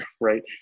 right